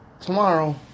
tomorrow